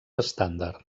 estàndard